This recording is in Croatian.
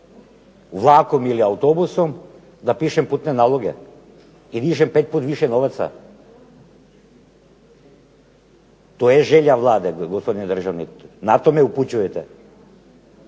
vlakom ili autobusom da pišem putne naloge i dižem 5 puta više novaca. To je želja Vlade gospodine državni, na to me upućujete.